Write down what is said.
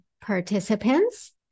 participants